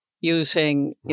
using